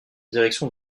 direction